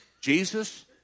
Jesus